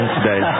today